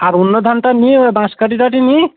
আর অন্য ধান টান নিয়ে ওই বাঁশকাঠি টাঠি নি